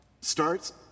starts